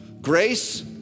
Grace